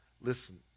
listen